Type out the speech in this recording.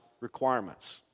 requirements